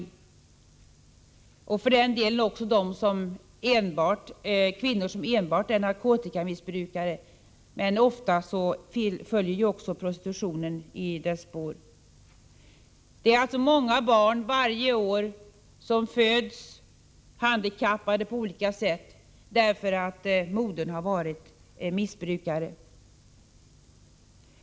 Detta gäller för den delen också barn till kvinnor som enbart är narkotikamissbrukare, men ofta följer ju prostitution i narkotikamissbrukets spår. Varje år föds många barn handikappade på olika sätt, därför att modern varit missbrukare.